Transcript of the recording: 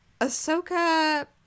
Ahsoka